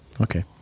okay